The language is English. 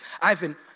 Ivan